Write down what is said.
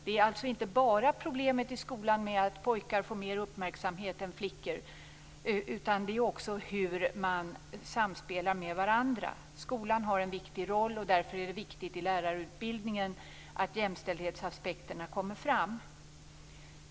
Det är alltså inte bara problemet i skolan med att pojkar får mer uppmärksamhet än flickor, utan det är också hur man samspelar med varandra. Skolan har en viktig roll. Därför är det viktigt i lärarutbildningen att jämställdhetsaspekterna kommer fram.